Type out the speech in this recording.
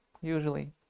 usually